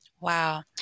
Wow